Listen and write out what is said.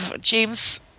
James